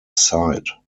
side